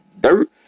dirt